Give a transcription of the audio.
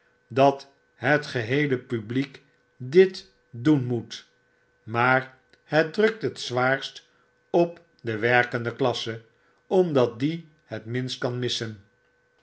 dat het geheele publiek dit doen moet maar het drukt het zwaarst op dewerkende klasse omdat die het minst kan missen